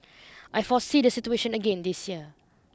I foresee the situation again this year